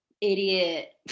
idiot